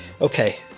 Okay